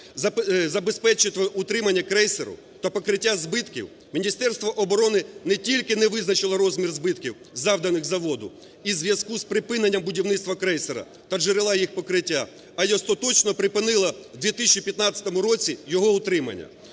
забезпечити утримання крейсеру та покриття збитків, Міністерство оборони не тільки не визначило розмір збитків завданих заводу у зв'язку з припиненням будівництва крейсера та джерела їх покриття, а і остаточно припинило в 2015 році його утримання.